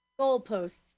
goalposts